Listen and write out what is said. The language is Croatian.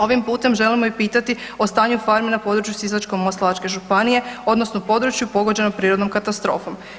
Ovim putem želimo i pitati o stanju farmi na području Sisačko-moslavačke županije odnosno području pogođenom prirodnom katastrofom.